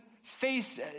face